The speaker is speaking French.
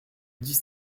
dix